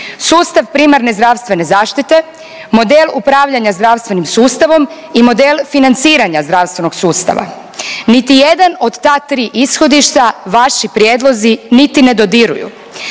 sustav primarne zdravstvene zaštite, model upravljanja zdravstvenim sustavom i model financiranja zdravstvenog sustava. Niti jedan od ta tri ishodišta vaši prijedlozi niti ne dodiruju.